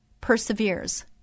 perseveres